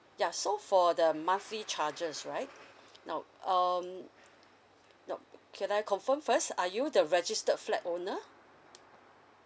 ya so for the monthly charges right now um now can I confirm first are you the registered flat owner